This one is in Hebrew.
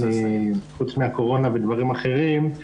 חוץ מהקורונה ודברים אחרים,